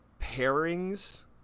pairings